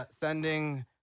sending